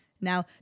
Now